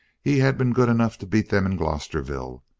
he had been good enough to beat them in glosterville,